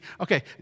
okay